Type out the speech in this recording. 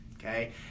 okay